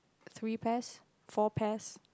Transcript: three pairs four pairs